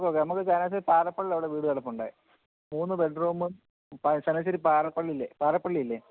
ഓക്ക നമുക്ക് പാറപ്പള്ളി അവിടെ വീട് കിടപ്പുണ്ടായി മൂന്ന് ബെഡ്റൂമ് പാറപ്പള്ളി ഇല്ലേ പാറപ്പള്ളിയില്ലേ